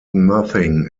nothing